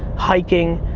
hiking,